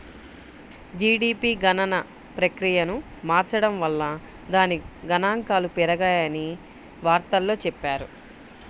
GDP గణన ప్రక్రియను మార్చడం వల్ల దాని గణాంకాలు పెరిగాయని వార్తల్లో చెప్పారు